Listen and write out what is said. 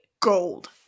Gold